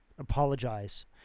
apologize